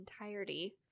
entirety